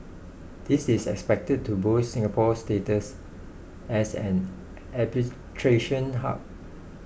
this is expected to boost Singapore's status as an arbitration hub